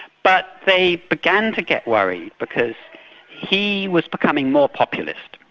but they began to get worried, because he was becoming more populist,